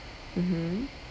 mmhmm